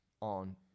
on